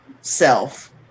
self